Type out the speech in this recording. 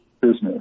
business